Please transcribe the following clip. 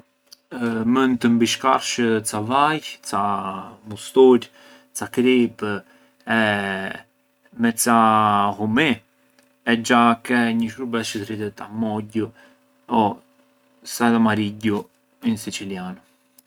Mënd mbishkarh ca vajë, ca mustur, ca kripë e me ca llumi e xha ke një shurbes çë thërritet ammogghiu o salamarigghiu in siciliano.